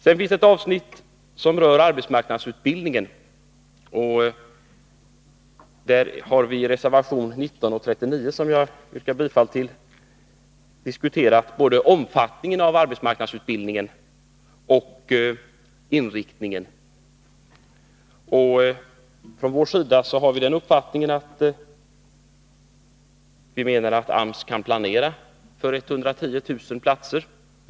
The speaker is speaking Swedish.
Inom avsnittet som rör arbetsmarknadsutbildningen har vi i reservation 19 och 39, som jag yrkar bifall till, diskuterat både omfattningen och inriktningen av denna utbildning. Vi har den uppfattningen att AMS kan planera för 110 000 platser.